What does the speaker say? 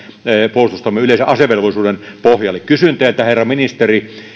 puolustustoimen yleisen asevelvollisuuden pohjalle kysyn teiltä herra ministeri kun